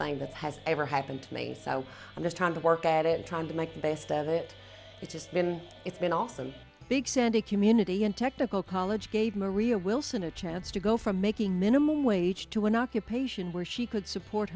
thing that has ever happened to me sad i'm just trying to work at it trying to make the best of it it's just been it's been awesome big sandy community and technical college gave maria wilson a chance to go from making minimum wage to an occupation where she could support